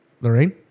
Lorraine